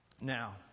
now